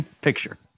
picture